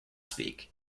speak